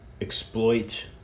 exploit